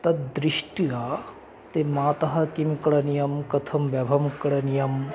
तद्दृष्ट्या ते मातः किं करणीयं कथं व्यवं करणीयम्